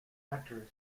actor